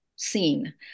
seen